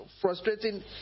frustrating